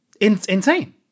insane